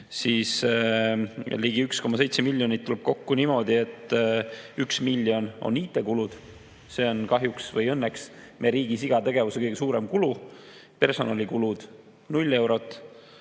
Ligi 1,7 miljonit tuleb kokku niimoodi: 1 miljon on IT-kulud – see on kahjuks või õnneks me riigis iga tegevuse kõige suurem kulu –, personalikulud on 0 eurot,